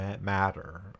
matter